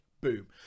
Boom